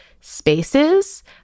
spaces